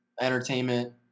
entertainment